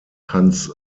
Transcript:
hans